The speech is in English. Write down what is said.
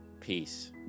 peace